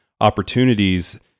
opportunities